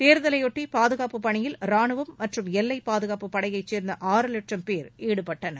தேர்தலையொட்டி பாதுகாப்புப் பணியில் ராணுவம மற்றும் எல்லை பாதுகாப்புப் படையைச் சேர்ந்த ஆறு லட்சம் பேர் ஈடுபடுத்தப்பட்டனர்